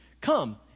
Come